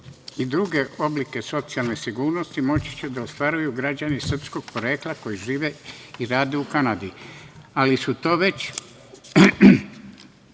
i druge oblike socijalne sigurnosti moći će da ostvaruju građani srpskog porekla koji žive i rade u Kanadi, ili su to već